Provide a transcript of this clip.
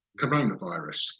coronavirus